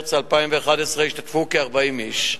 במרס 2011, והשתתפו בה כ-40 איש.